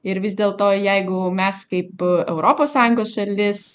ir vis dėlto jeigu mes kaip europos sąjungos šalis